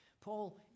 Paul